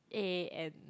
A N